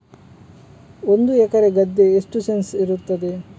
ಒಂದು ಎಕರೆ ಗದ್ದೆ ಎಷ್ಟು ಸೆಂಟ್ಸ್ ಇರುತ್ತದೆ?